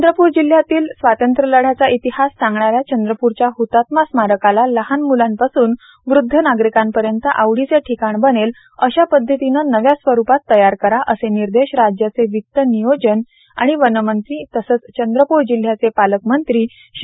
चंद्रपूर जिल्ह्यातील स्वातंत्र्यलढ्याचा इतिहास सांगणाऱ्या चंद्रपूरच्या हतात्मा स्मारकाला लहान मुलांपासून वृद्ध नागरिकांपर्यंत आवडीचे ठिकाण बनेल अशा पद्धतीने नव्या स्वरूपात तयार करा असे निर्देश राज्याचे वित्त नियोजन आणि वनमंत्री तथा चंद्रपूरचे पालकमंत्री श्री